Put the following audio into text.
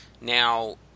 Now